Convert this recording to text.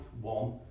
one